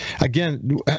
again